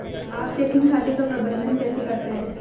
आप चेकिंग खाते का प्रबंधन कैसे करते हैं?